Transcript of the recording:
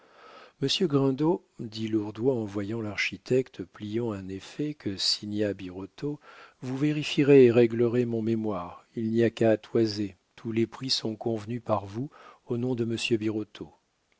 grindot dit lourdois en voyant l'architecte pliant un effet que signa birotteau vous vérifierez et réglerez mon mémoire il n'y a qu'à toiser tous les prix sont convenus par vous au nom de